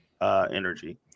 energy